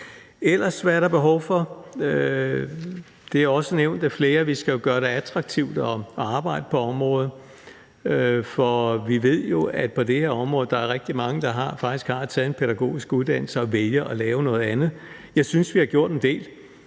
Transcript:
der ellers behov for? Det er også nævnt af flere, at vi skal gøre det attraktivt at arbejde på området, for vi ved jo, at der på det her område er rigtig mange, der har taget en pædagogisk uddannelse og vælger at lave noget andet. Jeg synes, vi har gjort en del.